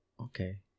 Okay